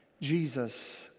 Jesus